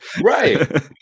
right